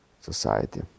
Society